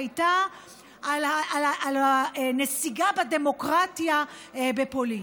היו על הנסיגה בדמוקרטיה בפולין.